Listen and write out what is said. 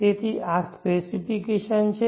તેથી આ સ્પેસિફિકેશન છે